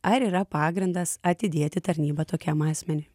ar yra pagrindas atidėti tarnybą tokiam asmeniui